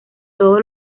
todo